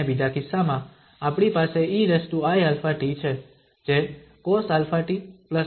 અને બીજા કિસ્સામાં આપણી પાસે eiαt છે જે cosαtisinαt છે